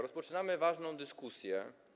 Rozpoczynamy ważną dyskusję.